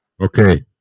Okay